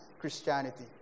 Christianity